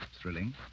Thrilling